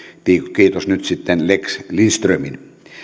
kiitos nyt sitten lex lindströmin